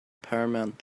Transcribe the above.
paramount